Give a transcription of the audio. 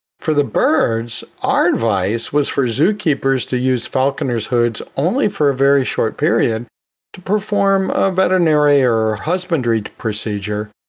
for the birds, our advice was for zookeepers to use, falconer's hoods only for a very short period to perform a veterinary or husbandry procedure,